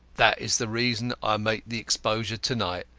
that is the reason i make the exposure to-night,